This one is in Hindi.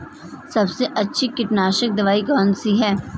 सबसे अच्छी कीटनाशक दवाई कौन सी है?